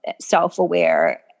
self-aware